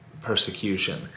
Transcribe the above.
persecution